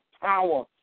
power